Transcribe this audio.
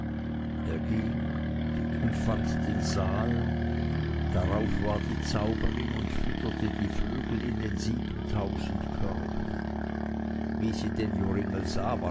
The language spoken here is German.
er ging und fand den saal darauf war die zauberin und fütterte die vögel in den siebentausend körben wie sie den joringel sah